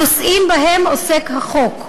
הנושאים שבהם עוסק החוק: